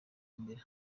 mbere